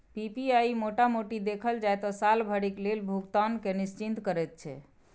PPI मोटा मोटी देखल जाइ त साल भरिक लेल भुगतान केँ निश्चिंत करैत छै